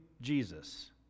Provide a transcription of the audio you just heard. Jesus